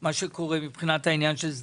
מה שקורה בשדרות,